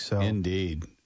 Indeed